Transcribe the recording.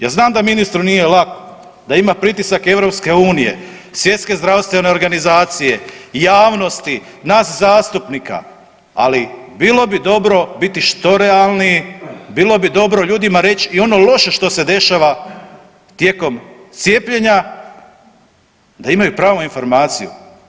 Ja znam da ministru nije lako, da ima pritisak i EU, Svjetske zdravstvene organizacije, javnosti, nas zastupnika ali bilo bi dobro biti što realniji, bilo bi dobro ljudima reći i ono loše što se dešava tijekom cijepljenja da imaju pravu informaciju.